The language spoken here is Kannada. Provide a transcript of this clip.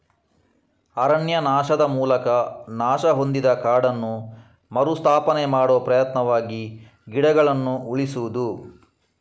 ಅರಣ್ಯನಾಶದ ಮೂಲಕ ನಾಶ ಹೊಂದಿದ ಕಾಡನ್ನು ಮರು ಸ್ಥಾಪನೆ ಮಾಡುವ ಪ್ರಯತ್ನವಾಗಿ ಗಿಡಗಳನ್ನ ಉಳಿಸುದು